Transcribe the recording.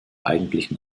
eigentlichen